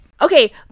Okay